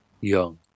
Young